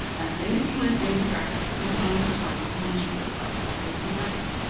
at length he went in to breakfast, and found his wife much perplexed at his delay.